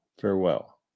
farewell